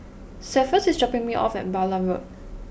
Cephus is dropping me off at Balam Road